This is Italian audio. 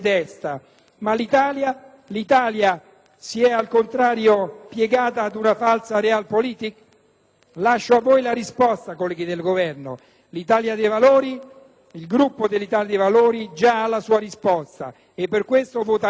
Lascio a voi la risposta, colleghi e Governo. Il Gruppo Italia dei Valori ha già la sua risposta e per questo vota no, vota no con forza, vota no convinta alla ratifica di questo Trattato.